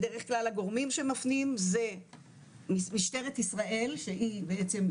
בדרך כלל הגורמים שמפנים זה משטרת ישראל שהיא בעצם,